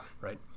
right